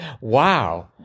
Wow